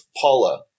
Paula